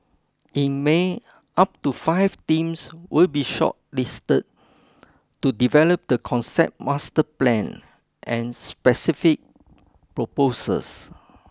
in May up to five teams will be shortlisted to develop the concept master plan and specific proposals